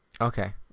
Okay